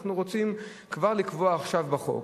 אנחנו רוצים לקבוע כבר עכשיו בחוק,